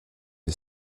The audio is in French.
est